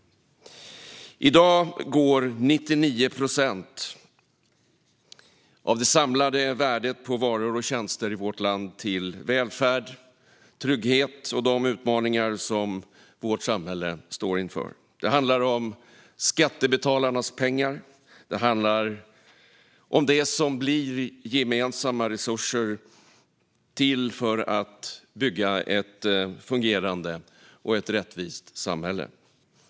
I dag går 99 procent av det samlade värdet på varor och tjänster i vårt land till välfärd, trygghet och de utmaningar som vårt samhälle står inför. Det handlar om skattebetalarnas pengar, det handlar om det som blir gemensamma resurser - till för att bygga ett fungerande och rättvist samhälle.